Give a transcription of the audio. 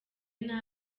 nabi